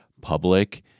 public